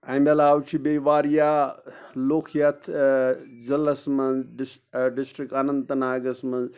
اَمہِ علاوٕ چھِ بیٚیہِ واریاہ لُکھ یَتھ ضِلَعس منٛز ڈِسٹِرٛک اننت ناگَس منٛز